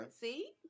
See